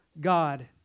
God